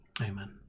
Amen